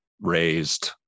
raised